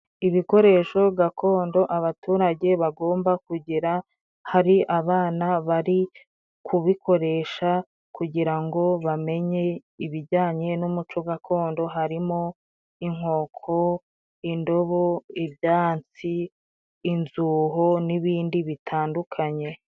Ibikoresho gakondo abaturage bagomba kugira, hari abana bari kubikoresha kugira ngo bamenye ibijyanye n'umuco gakondo, harimo inkoko, indobo, ibyansi, inzuho n'ibindi bitandukanye.